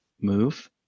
move